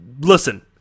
Listen